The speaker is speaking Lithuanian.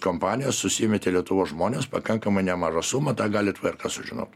kampanijos susimetė lietuvos žmonės pakankamai nemažą sumą tą galit vrk sužinot